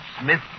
Smith